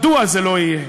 מדוע לא יהיה?